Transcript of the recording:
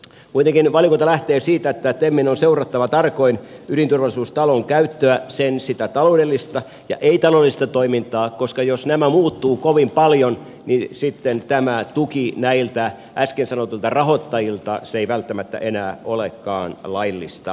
kuitenkin valiokunta lähtee siitä että temin on seurattava tarkoin ydinturvallisuustalon käyttöä sen taloudellista ja ei taloudellista toimintaa koska jos nämä muuttuvat kovin paljon niin sitten tämä tuki näiltä äsken sanotuilta rahoittajilta ei välttämättä enää olekaan laillista